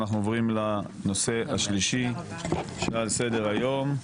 אנחנו עוברים לנושא השלישי שעל סדר היום,